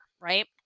Right